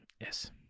yes